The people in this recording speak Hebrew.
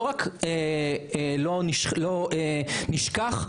לא רק לא נשכח,